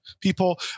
people